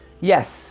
Yes